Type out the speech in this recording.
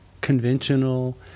conventional